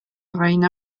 reina